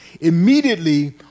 Immediately